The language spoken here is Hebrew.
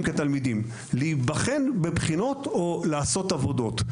כתלמידים להיבחן בבחינות או לעשות עבודות?